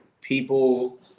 people